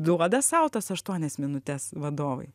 duoda sau tas aštuonias minutes vadovai